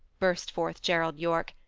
burst forth gerald yorke.